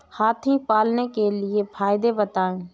हाथी पालने के फायदे बताए?